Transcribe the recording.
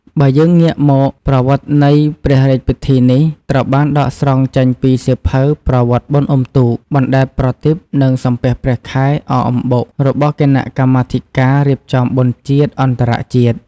បើយើងងាកមក ប្រវត្តិនៃព្រះរាជពិធីនេះ ត្រូវបានដកស្រង់ចេញពី សៀវភៅ «ប្រវត្តិបុណ្យអ៊ំុទូក បណ្តែតប្រទីប និងសំពះព្រះខែ អកអំបុក» របស់គណៈកម្មាធិការ រៀបចំបុណ្យជាតិ អន្តរជាតិ។